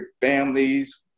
families